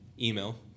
email